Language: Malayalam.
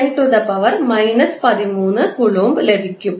612 ∗ 10−13 കൂലോംബ് ലഭിക്കും